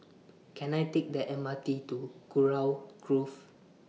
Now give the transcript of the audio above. Can I Take The M R T to Kurau Grove